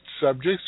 subjects